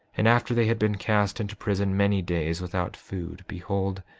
and after they had been cast into prison many days without food, behold,